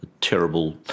terrible